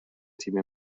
تیم